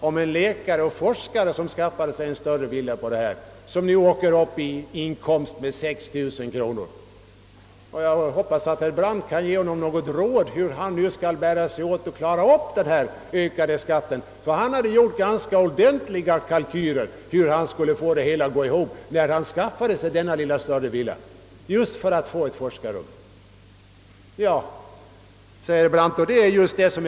En läkare som bedrev forskningsarbete och av det skälet skaffade sig en större villa får sin villainkomst ökad med 6 000 kronor. Jag hoppas att herr Brandt kan ge honom ett råd om hur han skall få råd att betala den ökade skatt som detta medför. När han skaffade sig den något större villan just för att få ett särskilt arbetsrum, hade han gjort upp ganska ordentliga kalkyler för att det hela skulle gå ihop. Nu rubbas kalkylerna helt.